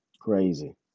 Crazy